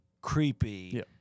creepy